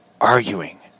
arguing